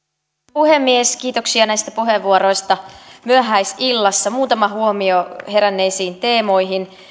puhemies kiitoksia näistä puheenvuoroista myöhäisillassa muutama huomio heränneisiin teemoihin